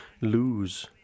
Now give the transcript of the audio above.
lose